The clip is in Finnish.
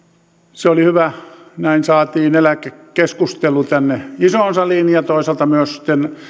oli hyvä näin saatiin eläkekeskustelu tänne isoon saliin ja toisaalta myös